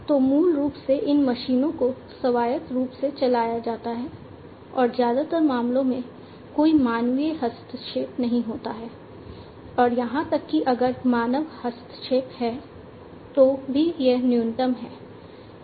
तो मूल रूप से इन मशीनों को स्वायत्त रूप से चलाया जाता है और ज्यादातर मामलों में कोई मानवीय हस्तक्षेप नहीं होता है और यहां तक कि अगर मानव हस्तक्षेप है तो भी यह न्यूनतम है